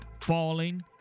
falling